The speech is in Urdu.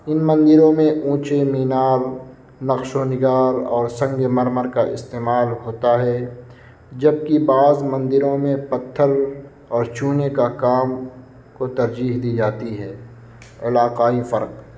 ان مندروں میں اونچے مینار نقش و نگار اور سنگ مرمر کا استعمال ہوتا ہے جبکہ بعض مندروں میں پتھر اور چونے کا کام کو ترجیح دی جاتی ہے علاقائی فرق